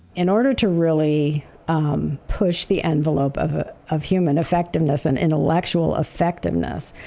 in order to really um push the envelope of ah of human effectiveness and intellectual effectiveness,